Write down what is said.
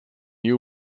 you